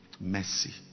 mercy